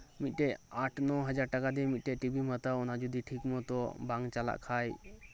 ᱢᱤᱫᱴᱮᱱ ᱟᱴ ᱱᱚ ᱦᱟᱡᱟᱨ ᱴᱟᱠᱟ ᱫᱤᱭᱮ ᱢᱤᱫᱴᱮᱱ ᱴᱤᱵᱷᱤᱢ ᱦᱟᱛᱟᱣᱟ ᱚᱱᱟ ᱡᱩᱫᱤ ᱴᱷᱤᱠ ᱢᱚᱛᱚ ᱵᱟᱝ ᱪᱟᱞᱟᱜ ᱠᱷᱟᱱ